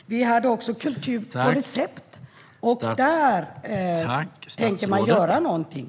Vi hade också kultur på recept. Tänker man göra någonting?